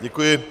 Děkuji.